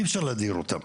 אי אפשר להדיר אותם,